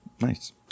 Nice